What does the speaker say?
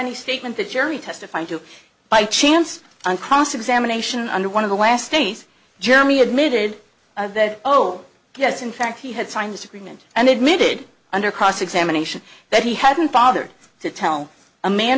any statement that jerry testified to by chance on cross examination under one of the last days jeremy admitted that oh yes in fact he had signed this agreement and admitted under cross examination that he hadn't bothered to tell aman